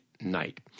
night